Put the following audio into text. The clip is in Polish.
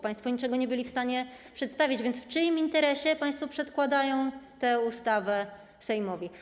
Państwo niczego nie byli w stanie przedstawić, więc w czyim interesie państwo przedkładają tę ustawę Sejmowi?